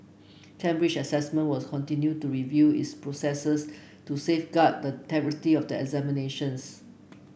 Cambridge Assessment was continue to review its processes to safeguard the of the examinations